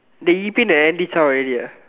did Yi-Pin and Andy zhao already ah